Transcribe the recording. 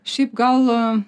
šiaip gal